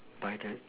by that